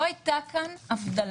חוץ מזה לא הייתה כאן הבדלה